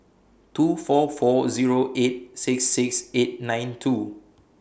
two four four Zero eight six six eight nine two